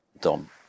Dom